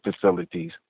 facilities